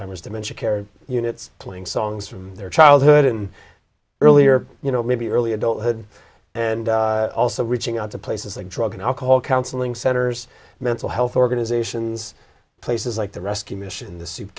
has dementia care units playing songs from their childhood and earlier you know maybe early adulthood and also reaching out to places like drug and alcohol counseling centers mental health organizations places like the rescue mission the soup